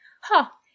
Ha